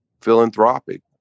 philanthropic